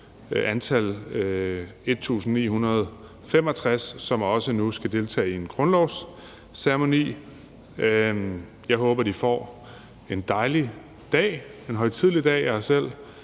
antal på 1.965, som også nu skal deltage i en grundlovsceremoni. Jeg håber, de får en dejlig og højtidelig dag. Jeg har